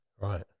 Right